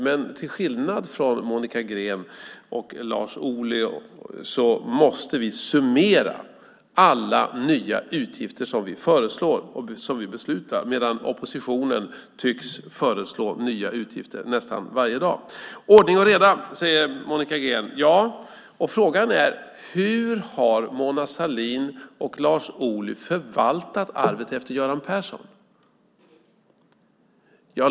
Men till skillnad från Monica Green och Lars Ohly måste vi summera alla nya utgifter som vi föreslår och som vi beslutar om. Oppositionen tycks föreslå nya utgifter nästan varje dag. Ordning och reda, säger Monica Green. Ja, och frågan är: Hur har Mona Sahlin och Lars Ohly förvaltat arvet efter Göran Persson?